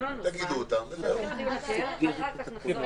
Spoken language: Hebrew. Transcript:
דעת משרד הבריאות,